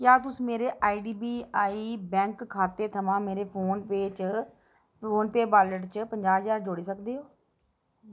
क्या तुस मेरे आईडीबीआई बैंक खाते थमां मेरे फोनपेऽ वालेट च पंजाह् ज्हार जोड़ी सकदे ओ